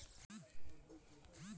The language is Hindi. पश्चिम बंगाल का राजकीय वृक्ष चितवन है